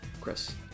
Chris